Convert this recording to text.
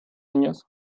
años